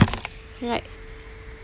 right